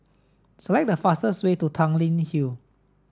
select the fastest way to Tanglin Hill